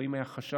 לפעמים היה חשש,